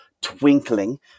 twinkling